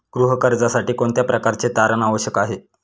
गृह कर्जासाठी कोणत्या प्रकारचे तारण आवश्यक आहे?